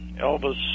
Elvis